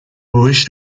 wish